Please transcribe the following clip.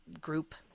group